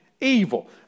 evil